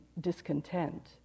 discontent